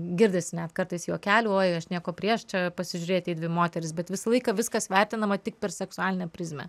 girdisi net kartais juokelių aš nieko prieš čia pasižiūrėti į dvi moteris bet visą laiką viskas vertinama tik per seksualinę prizmę